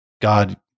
God